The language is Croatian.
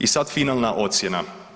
I sada finalna ocjena.